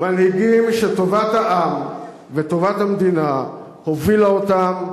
מנהיגים שטובת העם וטובת המדינה הובילו אותם,